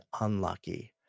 unlucky